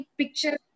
picture